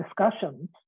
discussions